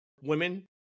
women